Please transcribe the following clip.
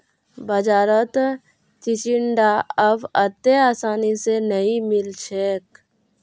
बाजारत चिचिण्डा अब अत्ते आसानी स नइ मिल छेक